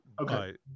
Okay